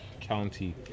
county